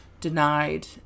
denied